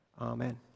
Amen